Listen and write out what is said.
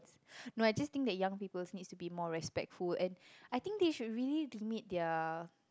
no I just think that young people need to be more respectful and I think they should really limit their